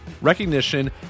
recognition